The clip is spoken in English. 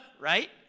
Right